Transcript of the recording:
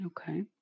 Okay